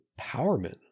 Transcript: empowerment